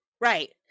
Right